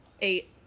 Eight